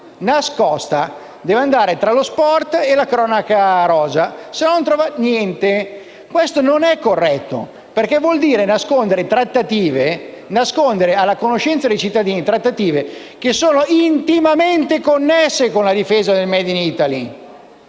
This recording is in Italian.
nascosta tra lo sport e la cronaca rosa, o non c'è per niente. Questo non è corretto, perché vuol dire nascondere alla conoscenza dei cittadini trattative che sono intimamente connesse con la difesa del *made in Italy*.